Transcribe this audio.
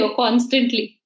constantly